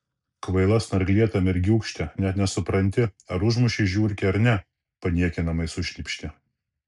kvaila snarglėta mergiūkšte net nesupranti ar užmušei žiurkę ar ne paniekinamai sušnypštė